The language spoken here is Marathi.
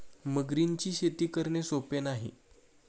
मगरींची शेती करणे सोपे नाही